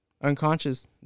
unconscious